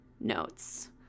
notes